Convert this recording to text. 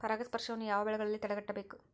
ಪರಾಗಸ್ಪರ್ಶವನ್ನು ಯಾವ ಬೆಳೆಗಳಲ್ಲಿ ತಡೆಗಟ್ಟಬೇಕು?